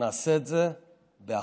ונעשה את זה באחדות.